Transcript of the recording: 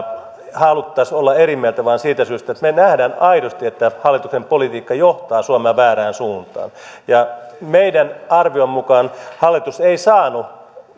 haluaisimme olla eri mieltä vaan siitä syystä että me me näemme aidosti että hallituksen politiikka johtaa suomea väärään suuntaan meidän arviomme mukaan hallitus ei saanut